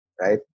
Right